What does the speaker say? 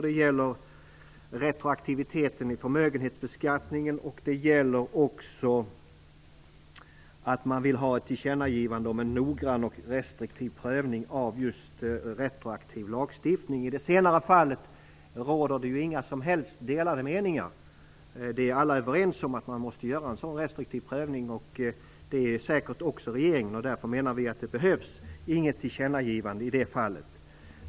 Det gäller retroaktiviteten i förmögenhetsbeskattningen och att man vill ha ett tillkännagivande om vikten av en noggrann och restriktiv prövning av just retroaktiv lagstiftning. Vad gäller den senare punkten råder det inga som helst delade meningar. Alla är överens om att man måste göra en sådan restriktiv prövning, och det är säkert också regeringens uppfattning. Vi menar därför att det inte behövs något tillkännagivande i det fallet.